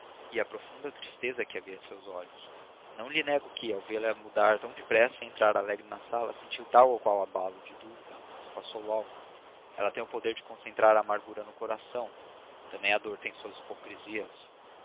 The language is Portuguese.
e a profunda tristeza que havia em seus olhos não lhe nego que ao vê-la mudar tão depressa e entrar alegre na sala senti tal ou qual abalo de dúvida mas passou logo ela tem o poder de concentrar a amargura no coração também a dor tem suas hipocrisias